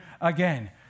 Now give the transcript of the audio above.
again